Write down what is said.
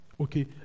okay